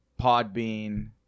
Podbean